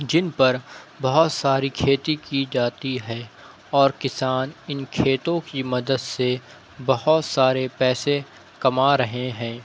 جن پر بہت ساری کھیتی کی جاتی ہے اور کسان ان کھیتوں کی مدد سے بہت سارے پیسے کما رہے ہیں